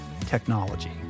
technology